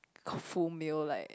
full meal like